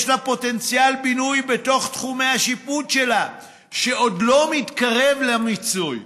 יש לה פוטנציאל בינוי בתוך תחומי השיפוט שלה שעוד לא מתקרב למיצוי.